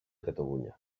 catalunya